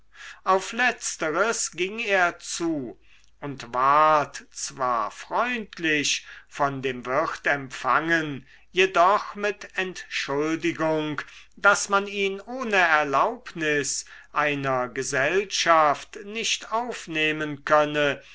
auf letzteres ging er zu und ward zwar freundlich von dem wirt empfangen jedoch mit entschuldigung daß man ihn ohne erlaubnis einer gesellschaft nicht aufnehmen könne